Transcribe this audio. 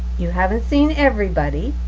you haven't seen everybody?